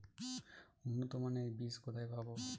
উন্নতমানের বীজ কোথায় পাব?